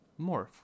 morph